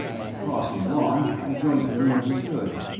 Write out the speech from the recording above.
and, crossing the lawn, i joined him where he stood.